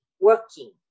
working